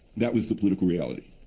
that was the political reality.